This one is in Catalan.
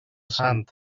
sant